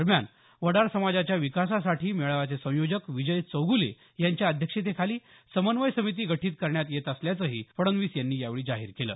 दरम्यान वडार समाजाच्या विकासासाठी मेळाव्याचे संयोजक विजय चौगुले यांच्या अध्यक्षतेखाली समन्वय समिती गठीत करण्यात येत असल्याचंही फडणवीस यांनी यावेळी जाहीर केलं